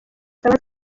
saba